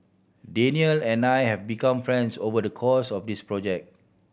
Danial and I have become friends over the course of this project